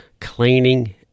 cleaning